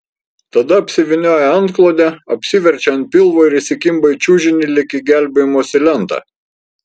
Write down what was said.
tada apsivynioja antklode apsiverčia ant pilvo ir įsikimba į čiužinį lyg į gelbėjimosi lentą